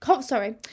sorry